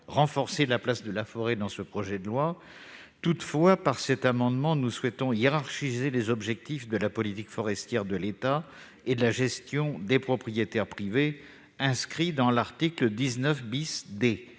renforcer la place de la forêt dans ce projet de loi. Par cet amendement, nous souhaitons hiérarchiser les objectifs de la politique forestière de l'État et de la gestion des propriétaires privés inscrits à l'article 19 D,